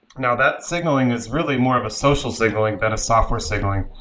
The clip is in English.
now, that signaling is really more of a social signaling than a software signaling.